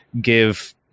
Give